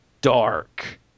dark